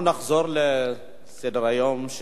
אנחנו נחזור להצעות לסדר-היום.